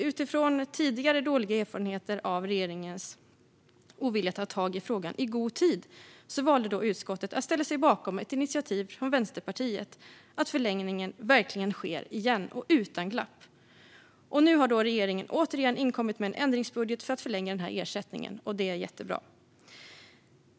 Utifrån tidigare dåliga erfarenheter av regeringens ovilja att ta tag i frågan i god tid valde utskottet att ställa sig bakom ett initiativ från Vänsterpartiet, så att förlängningen verkligen sker igen och utan glapp. Nu har då regeringen återigen inkommit med en ändringsbudget för att förlänga den här ersättningen, och det är jättebra.